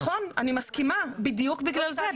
נכון, אני מסכימה, בדיוק בגלל זה.